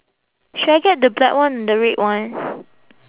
should I get the black one the red one